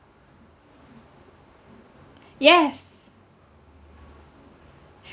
yes